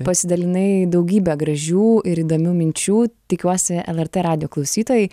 pasidalinai daugybe gražių ir įdomių minčių tikiuosi lrt radijo klausytojai